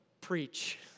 preach